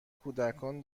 کودکان